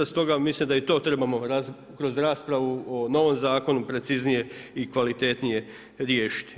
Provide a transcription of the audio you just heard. Stoga mislim da i to trebamo kroz raspravu o novom zakonu preciznije i kvalitetnije riješiti.